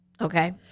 Okay